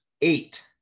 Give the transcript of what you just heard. eight